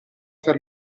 fra